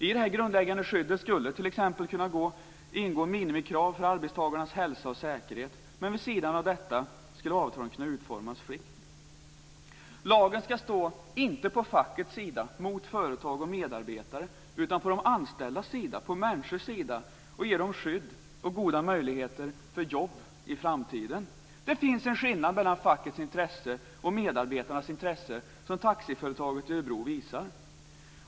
I det här grundläggande skyddet skulle det t.ex. kunna ingå minimikrav för arbetstagarnas hälsa och säkerhet. Men vid sidan av detta skulle avtalen kunna utformas fritt. Lagen skall inte stå på facket sida mot företag och medarbetare utan på de anställdas sida, på människornas sida. Den skall ge dem skydd och goda möjligheter för jobb i framtiden. Det finns en skillnad mellan fackets intresse och medarbetarnas intresse. Det visar exemplet med taxiföretaget i Örebro.